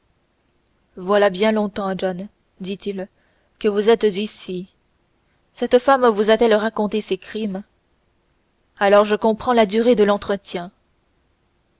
voilà bien longtemps john dit-il que vous êtes ici cette femme vous a-t-elle raconté ses crimes alors je comprends la durée de l'entretien